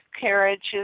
carriages